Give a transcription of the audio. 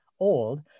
old